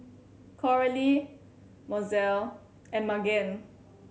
Coralie Mozelle and Magen